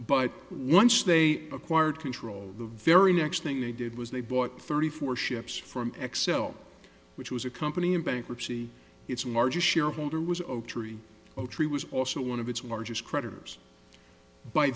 but once they acquired control the very next thing they did was they bought thirty four ships from xcel which was a company in bankruptcy its margins shareholder was oak tree oak tree was also one of its largest creditors by